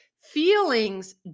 Feelings